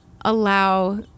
allow